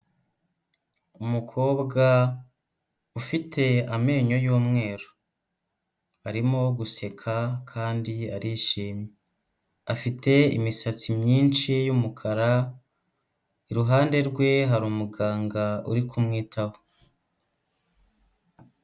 Umukobwa ufite amenyo y'umweru, arimo guseka kandi arishimye, afite imisatsi myinshi y'umukara, iruhande rwe hari umuganga uri kumwitaho.